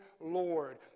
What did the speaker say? Lord